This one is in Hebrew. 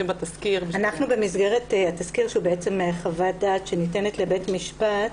במסגרת התסקיר שהוא חוות דעת שניתנת לבית המשפט